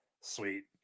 Sweet